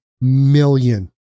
million